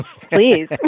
please